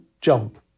jump